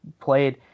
played